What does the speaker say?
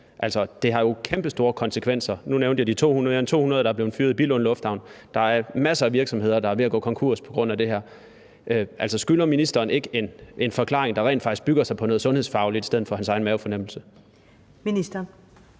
Det har jo kæmpestore konsekvenser. Nu nævnte jeg de mere end 200, der er blevet fyret i Billund lufthavn, og der er masser af virksomheder, der er ved at gå konkurs på grund af det her. Skylder ministeren ikke en forklaring, der rent faktisk bygger på noget sundhedsfagligt i stedet for hans egen mavefornemmelse? Kl.